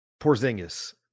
Porzingis